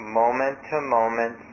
moment-to-moment